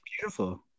beautiful